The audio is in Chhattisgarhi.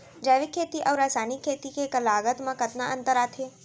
जैविक खेती अऊ रसायनिक खेती के लागत मा कतना अंतर आथे?